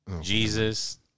Jesus